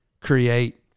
create